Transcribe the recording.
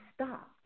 stopped